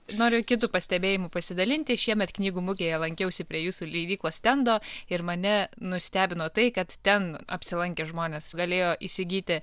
noriu kitu pastebėjimu pasidalinti šiemet knygų mugėje lankiausi prie jūsų leidyklos stendo ir mane nustebino tai kad ten apsilankę žmonės galėjo įsigyti